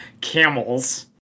camels